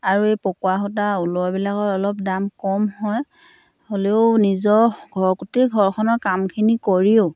আৰু এই পকোৱা সূতা ঊলৰবিলাকত অলপ দাম কম হয় হ'লেও নিজৰ ঘৰ গোটেই ঘৰখনৰ কামখিনি কৰিও